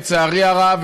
לצערי הרב,